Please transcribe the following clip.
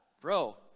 bro